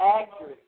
actress